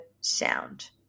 sound